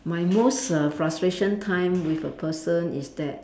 my most err frustration time with a person is that